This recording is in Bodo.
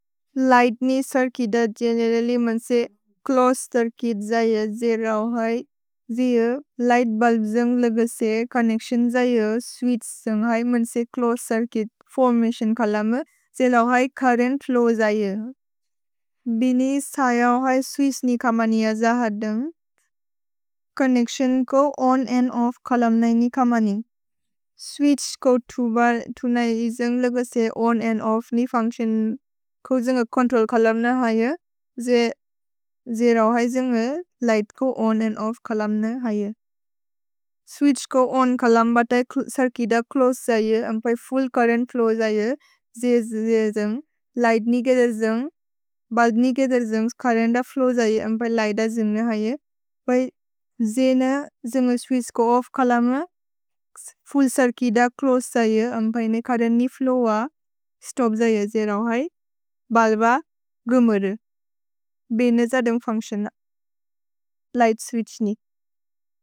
लिघ्त् नि चिर्चुइत् अ गेनेरल्ल्य् मन्से च्लोसे चिर्चुइत् जये। जेरौ है जीर् लिघ्त् बुल्ब् जुन्ग् लगसे चोन्नेच्तिओन् जये। स्वित्छ् जुन्ग् है मन्से च्लोसे चिर्चुइत् फोर्मतिओन् चोलुम्न्। जेरौ है चुर्रेन्त् फ्लोव् जये। भेने सयौ है स्वित्छ् नि कमनि अज हदन्ग्। छोन्नेच्तिओन् को ओन् अन्द् ओफ्फ् चोलुम्न् नहि नि कमनि। स्वित्छ् को तुब तुनै जुन्ग् लगसे ओन् अन्द् ओफ्फ् नि फुन्च्तिओन् को जुन्ग् चोन्त्रोल् चोलुम्न् नहि है। जेरौ है जुन्ग् लिघ्त् को ओन् अन्द् ओफ्फ् चोलुम्न् नहि है। स्वित्छ् को ओन् चोलुम्न् बत चिर्चुइत् अ च्लोसे जये। अम्पे फुल्ल् चुर्रेन्त् फ्लोव् जये। जेर् जुन्ग् लिघ्त् नि के धर् जुन्ग्, बुल्ब् नि के धर् जुन्ग् चुर्रेन्त् अ फ्लोव् जये। अम्पे लिघ्त् अ जुन्ग् नहि है। जेन जुन्ग् स्वित्छ् को ओफ्फ् चोलुम्न् अ, फुल्ल् चिर्चुइत् अ च्लोसे जये। अम्पे ने चुर्रेन्त् नि फ्लोव् अ स्तोप् जये। जेरौ है बुल्ब् अ गुमर्। भेने ज दम् फुन्च्तिओन् अ लिघ्त् स्वित्छ् नि।